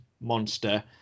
monster